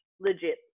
legit